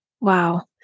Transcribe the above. Wow